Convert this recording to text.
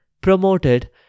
promoted